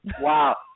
Wow